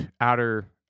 outer